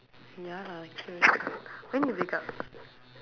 ya lah true when you wake up